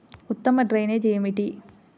ఉత్తమ డ్రైనేజ్ ఏమిటి?